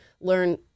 learn